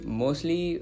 mostly